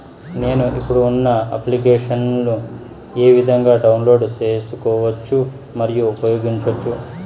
నేను, ఇప్పుడు ఉన్న అప్లికేషన్లు ఏ విధంగా డౌన్లోడ్ సేసుకోవచ్చు మరియు ఉపయోగించొచ్చు?